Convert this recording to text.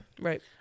Right